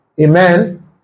Amen